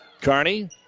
Carney